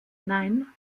nein